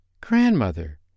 Grandmother